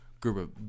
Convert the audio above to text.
group